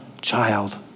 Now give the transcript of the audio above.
child